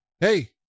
Hey